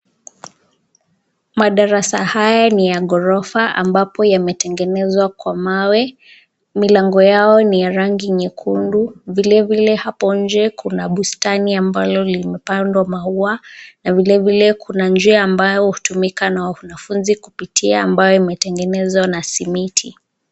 Madarasa haya ni ya ghorofa ambapo yametengenezwa kwa mawe. Milango yao ni ya rangi nyekundu. Vile vile hapo nje kuna bustani ambalo limepandwa maua na vile vile kuna njia ambayo hutumika na wanafunzi kupitia ambayo imetengenezwa na simiti.